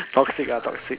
toxic ah toxic